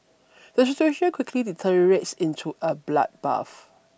the situation quickly deteriorates into a bloodbath